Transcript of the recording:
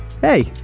Hey